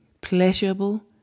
pleasurable